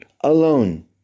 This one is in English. alone